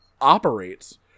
operates